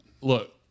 look